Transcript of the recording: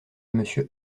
monsieur